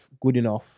Goodenough